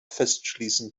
festschließen